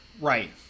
Right